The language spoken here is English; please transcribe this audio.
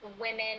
women